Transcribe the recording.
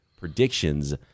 predictions